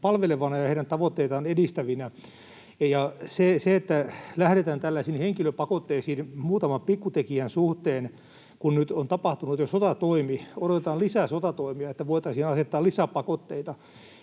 palvelevina ja heidän tavoitteitaan edistävinä. Ja se, että lähdetään tällaisiin henkilöpakotteisiin muutaman pikkutekijän suhteen, kun nyt on tapahtunut jo sotatoimi, ja odotetaan lisää sotatoimia, että voitaisiin asettaa lisäpakotteita: